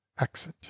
Exit